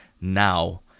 now